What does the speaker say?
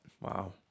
Wow